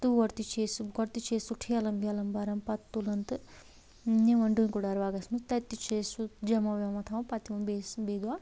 تور تہِ چھِ أسۍ سُہ گۄڈٕ چھِ أسۍ سُہ ٹھیلَن ویلَن برَان پتہٕ تُلَان تہِ نوَان ڈوٗنۍ کُل دار باغس منٛز تتہِ تہِ چھِ أسۍ سُہ جمع ومع تھاوَان پتہٕ یِوان بیٚیہِ دۄہ